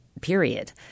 period